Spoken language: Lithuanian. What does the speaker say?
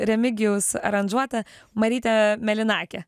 remigijaus aranžuotą maryte melynake